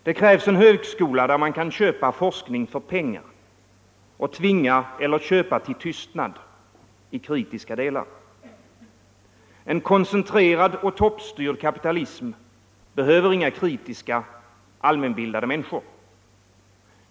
Det krävs en högskola, där man kan köpa forskning för pengar och tvinga eller köpa till tystnad i kritiska delar. En koncentrerad och toppstyrd kapitalism behöver inga kritiska allmänbildade människor.